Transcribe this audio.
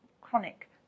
chronic